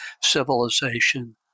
civilization